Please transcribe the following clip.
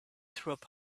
through